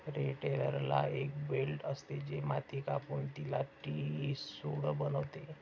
रोटेटरला एक ब्लेड असते, जे माती कापून तिला ठिसूळ बनवते